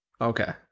Okay